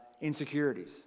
insecurities